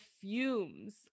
fumes